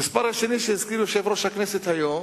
המספר השני שהזכיר יושב-ראש הכנסת היום